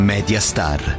Mediastar